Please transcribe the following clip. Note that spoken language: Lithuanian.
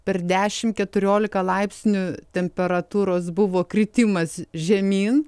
per dešimt keturiolika laipsnių temperatūros buvo kritimas žemyn